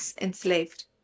enslaved